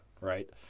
right